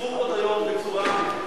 קיצרו פה את היום בצורה מאוד